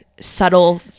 subtle